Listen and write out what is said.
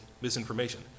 misinformation